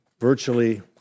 virtually